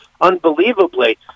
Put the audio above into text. unbelievably